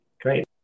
Great